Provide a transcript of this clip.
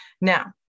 Now